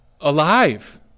alive